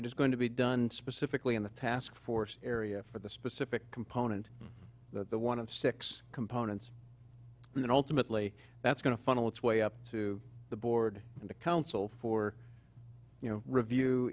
it is going to be done specifically on the task force area for the specific component that the one of six components and ultimately that's going to funnel its way up to the board and the council for you know review